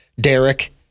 Derek